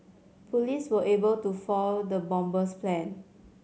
police were able to foil the bomber's plan